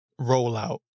rollout